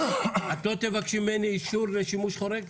את לא תבקשי ממני אישור לשימוש חורג?